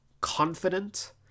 confident